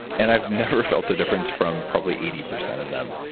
and i've never felt a difference from probably eighty percent of them.